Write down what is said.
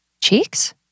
Cheeks